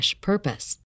purpose